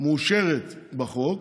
מאושרת בחוק,